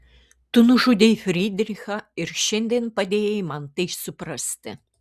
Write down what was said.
tu nužudei frydrichą ir šiandien padėjai man tai suprasti